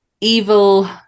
evil